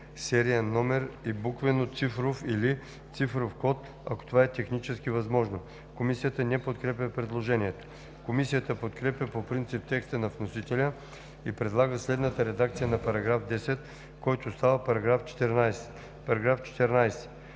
сериен номер и буквено-цифров или цифров код, ако това е технически възможно.“ Комисията не подкрепя предложението. Комисията подкрепя по принцип текста на вносителя и предлага следната редакция на § 10, който става § 14: „§ 14.